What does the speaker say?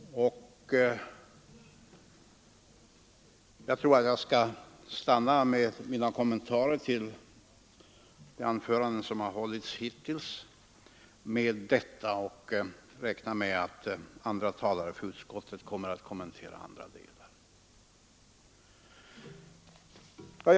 Jag tror att jag skall stanna där med mina kommentarer till de anföranden som hållits hittills och räknar med att andra talesmän för utskottet skall kommentera andra delar.